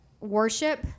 worship